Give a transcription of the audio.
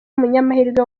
munyamahirwe